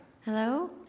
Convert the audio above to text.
Hello